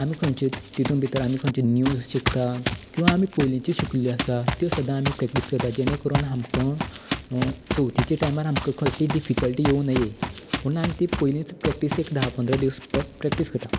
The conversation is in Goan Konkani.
आमी खंयच्या तितू भितर आमी खंयच्या तरी नीव शिकतात किंवा आमी पयलींच्यो शिकल्यो आसा त्यो सदां आमी प्रॅक्टीस करता जेणे करून आमकां चवतीच्या टायमार आमकां कसलीय डिफिकल्टी येवं नये म्हूण आमी ती पयलींच प्रॅक्टीसेक धा पंदरा दिवस प्रॅक्टीस करता